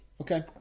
Okay